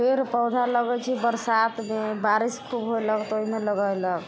पेड़ पौधा लगैत छै बरसातमे बारिश खूब होए लगतै ताहिमे लगेलक